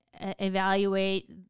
evaluate